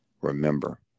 remember